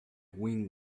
wing